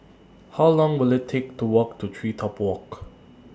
How Long Will IT Take to Walk to TreeTop Walk